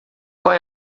qual